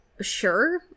sure